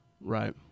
right